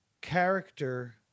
character